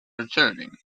returning